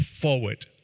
forward